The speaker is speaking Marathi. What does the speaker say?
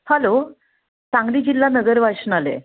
हॅलो सांगली जिल्हा नगर वाचनालय